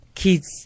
Kids